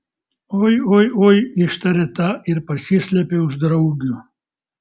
oi oi oi ištarė ta ir pasislėpė už draugių